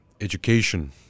education